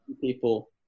people